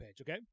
okay